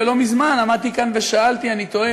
ולא מזמן עמדתי כאן ושאלתי: אני תוהה